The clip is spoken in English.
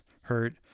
hurt